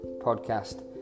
podcast